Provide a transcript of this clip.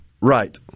Right